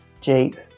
jeep